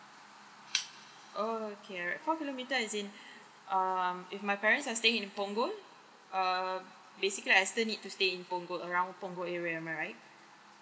okay alright four kilometer as in um if my parents are staying in punggol err basically I still need to stay in punggol around punggol area am I right